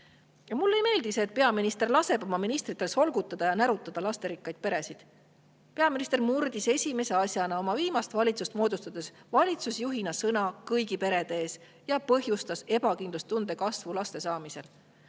rohkemgi. Mulle ei meeldi see, et peaminister laseb oma ministritel solgutada ja närutada lasterikkaid peresid. Peaminister murdis esimese asjana oma viimast valitsust moodustades valitsusjuhina sõna kõigi perede ees ja põhjustas ebakindlustunde kasvu laste saamisel.